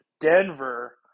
Denver